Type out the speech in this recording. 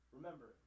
Remember